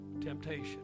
temptation